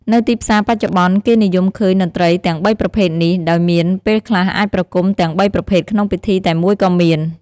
នៅទីផ្សារបច្ចុប្បន្ន គេនិយមឃើញតន្រ្តីទាំងបីប្រភេទនេះ ដោយមានពេលខ្លះអាចប្រគុំទាំងបីប្រភេទក្នុងពិធីតែមួយក៏មាន។